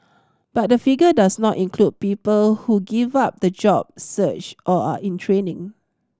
but the figure does not include people who give up the job search or are in training